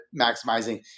maximizing